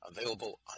available